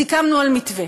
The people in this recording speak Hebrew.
סיכמנו על מתווה.